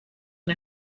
and